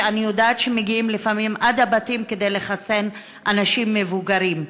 ואני יודעת שמגיעים לפעמים עד הבתים כדי לחסן אנשים מבוגרים.